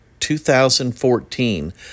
2014